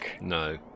No